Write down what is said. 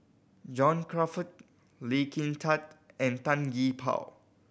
John Crawfurd Lee Kin Tat and Tan Gee Paw